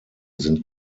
sind